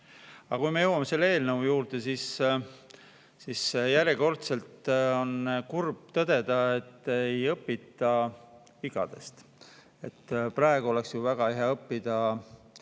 Kui me jõuame selle eelnõu juurde, siis on järjekordselt kurb tõdeda, et ei õpita oma vigadest. Praegu oleks ju väga hea teiste